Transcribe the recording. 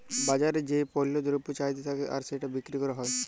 বাজারে যেই পল্য দ্রব্যের চাহিদা থাক্যে আর সেটা বিক্রি ক্যরা হ্যয়